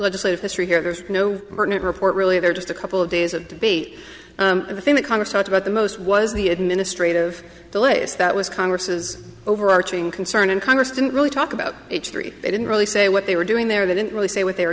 legislative history here there's no report really there just a couple of days of debate within the congress talked about the most was the administrative delays that was congress's overarching concern and congress didn't really talk about h three they didn't really say what they were doing there they didn't really say what they were